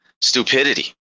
Stupidity